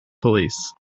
police